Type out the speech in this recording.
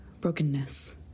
brokenness